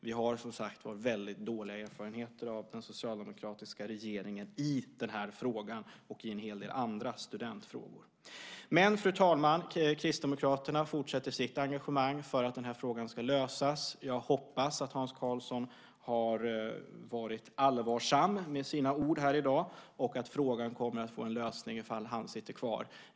Vi har som sagt var väldigt dåliga erfarenheter av den socialdemokratiska regeringen i den här frågan och i en hel del andra studentfrågor. Fru talman! Kristdemokraterna fortsätter sitt engagemang för att frågan ska lösas. Jag hoppas att Hans Karlsson har varit allvarsam med sina ord i dag och att frågan kommer att få en lösning om han sitter kvar.